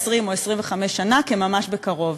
20 או 25 שנה כ"ממש בקרוב".